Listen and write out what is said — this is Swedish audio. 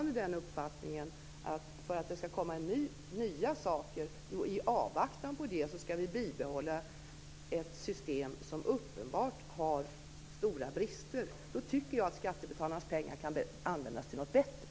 Det ska alltså komma nya saker, men i avvaktan på det ska vi bibehålla ett system som uppenbart har stora brister. Då tycker jag att skattebetalarnas pengar kan användas till något bättre.